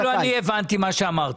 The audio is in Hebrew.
אפילו אני הבנתי מה שאמרת.